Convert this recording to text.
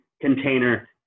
container